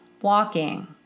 walking